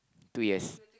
two years